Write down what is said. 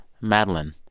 Madeline